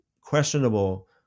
questionable